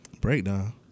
Breakdown